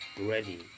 ready